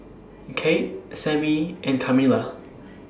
Kate Sammie and Kamila